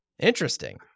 Interesting